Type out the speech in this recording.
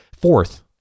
Fourth